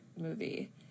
movie